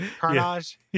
carnage